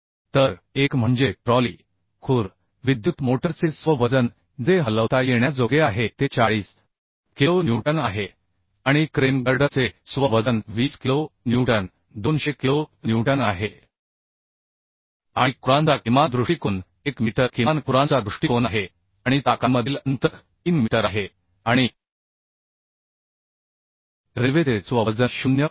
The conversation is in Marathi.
तर एक म्हणजे ट्रॉली खुर विद्युत मोटरचे स्व वजन जे हलवता येण्याजोगे आहे ते 40 किलो न्यूटन आहे आणि क्रेन गर्डरचे स्व वजन 20 किलो न्यूटन 200 किलो न्यूटन आहे आणि खुरांचा किमान दृष्टीकोन 1 मीटर किमान खुरांचा दृष्टीकोन आहे आणि चाकांमधील अंतर 3 मीटर आहे आणि रेल्वेचे स्व वजन 0